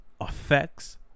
affects